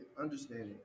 understanding